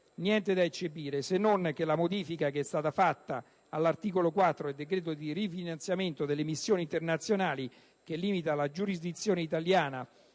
niente da eccepire, se non che la modifica che è stata fatta all'articolo 4 del decreto di rifinanziamento delle missioni internazionali, che limita la giurisdizione italiana